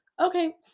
okay